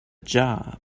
job